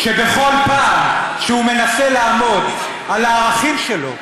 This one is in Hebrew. שבכל פעם שהוא מנסה לעמוד על הערכים שלו,